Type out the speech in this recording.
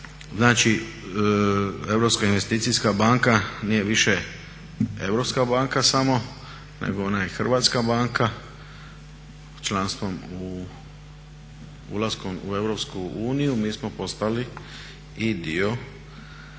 Znači Europska investicijska banka nije više europska banka samo nego ona je Hrvatska banka, članstvom u, ulaskom u Europsku uniju mi smo postali i dio